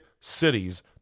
cities